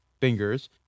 fingers